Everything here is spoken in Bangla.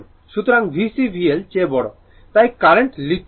সুতরাং VC VL চেয়ে বড় তাই কারেন্ট লিড করছে